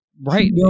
right